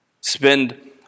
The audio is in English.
Spend